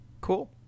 Cool